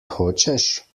hočeš